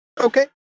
Okay